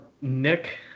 Nick